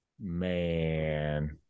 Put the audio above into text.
Man